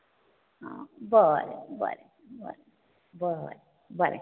बरें बरें बरें बरें बरें